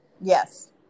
Yes